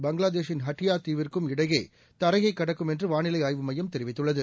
பங்களாதேஷின் ஹட்டியா தீவிற்கும் இடையே தரையைக் கடக்கும் என்று வானிலை ஆய்வு மையம் தெரிவித்துள்ளது